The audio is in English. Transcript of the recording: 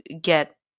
get